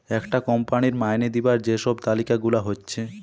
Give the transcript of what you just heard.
একটা কোম্পানির মাইনে দিবার যে সব তালিকা গুলা হচ্ছে